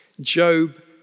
Job